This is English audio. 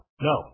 No